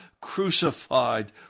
crucified